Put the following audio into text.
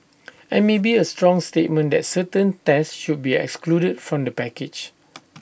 and maybe A strong statement that certain tests should be excluded from the package